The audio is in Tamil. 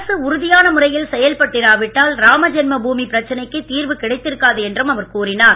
அரசு உறுதியான முறையில் செயல்பட்டிரா விட்டால் ராமஜென்ம பூமி பிரச்சனைக்கு தீர்வு கிடைத்திருக்காது என்றும் அவர் கூறினார்